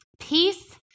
peace